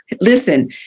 Listen